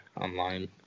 online